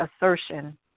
assertion